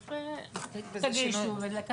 צריך לקדם את זה,